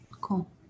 Cool